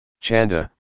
Chanda